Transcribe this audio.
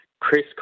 Chris